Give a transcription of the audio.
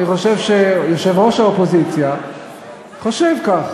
אני חושב שיושב-ראש האופוזיציה חושב כך.